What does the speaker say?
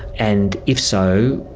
and if so,